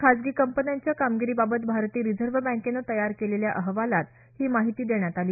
खाजगी कंपन्यांच्या कामगिरीबाबत भारतीय रिजव्ह बँकेनं तयार केलेल्या अहवालात ही माहिती देण्यात आली